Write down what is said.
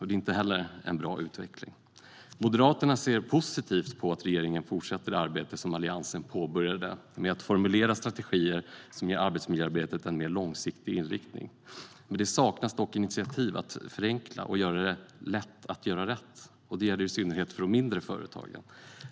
Det är inte heller en bra utveckling. Moderaterna ser positivt på att regeringen fortsätter det arbete som Alliansen påbörjade med att formulera strategier som ger arbetsmiljöarbetet en mer långsiktig inriktning. Det saknas dock initiativ att förenkla och göra det lätt att göra rätt. Det gäller i synnerhet för de mindre företagen.